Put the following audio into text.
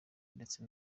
ndetse